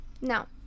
Now